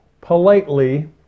politely